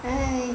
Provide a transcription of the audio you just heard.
!hais!